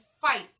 fight